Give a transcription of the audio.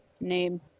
name